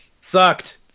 Sucked